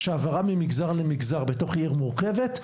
שהעברה ממגזר למגזר בתוך עיר מורכבת,